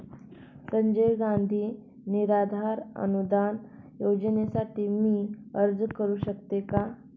संजय गांधी निराधार अनुदान योजनेसाठी मी अर्ज करू शकते का?